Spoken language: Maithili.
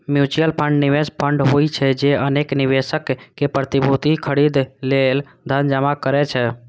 म्यूचुअल फंड निवेश फंड होइ छै, जे अनेक निवेशक सं प्रतिभूति खरीदै लेल धन जमा करै छै